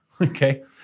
okay